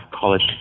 college